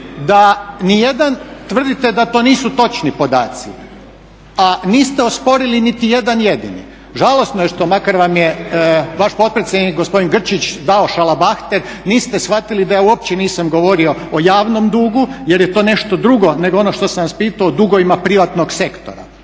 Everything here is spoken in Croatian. pitanje. Tvrdite da to nisu točni podaci, a niste osporili niti jedan jedini. Žalosno je što makar vam je vaš potpredsjednik gospodin Grčić dao šalabahter, niste shvatili da ja uopće nisam govorio o javnom dugu jer je to nešto drugo nego ono što sam vas pitao o dugovima privatnog sektora